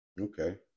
okay